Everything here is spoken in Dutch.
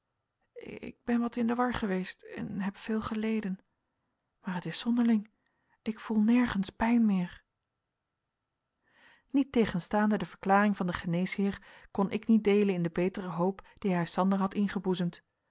ik ben wat in de war geweest en heb veel geleden maar t is zonderling ik voel nergens pijn meer niettegenstaande de verklaring van den geneesheer kon ik niet deelen in de betere hoop die hij sander had ingeboezemd